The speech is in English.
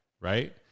right